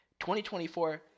2024